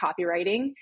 copywriting